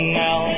now